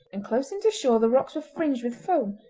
and close in to shore the rocks were fringed with foam,